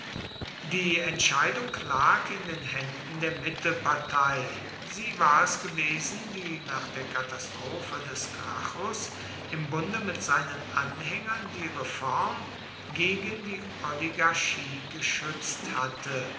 die entscheidung lag in den händen der mittelpartei sie war es gewesen die nach der katastrophe des gracchus im bunde mit seinen anhängern die reform gegen die oligarchie geschützt hatte